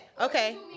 Okay